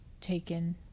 taken